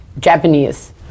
Japanese